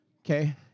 okay